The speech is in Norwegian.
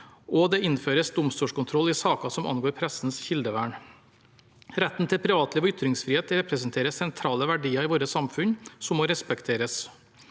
innhenting – og i saker som angår pressens kildevern. Retten til privatliv og ytringsfrihet representerer sentrale verdier i vårt samfunn som må respekteres.